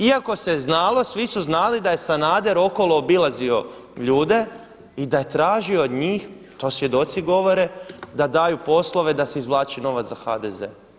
Iako se znalo, svi su znali da je Sanader okolo obilazio ljude i da je tražio od njih, to svjedoci govore da daju poslove da se izvlači novac za HDZ.